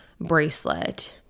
bracelet